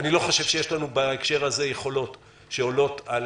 זאת מכיוון שאיני חושב שיש לנו יכולות שעולות על